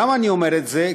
למה אני אומר את זה?